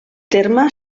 terme